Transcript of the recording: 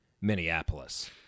Minneapolis